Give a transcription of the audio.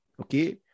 okay